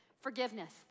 forgiveness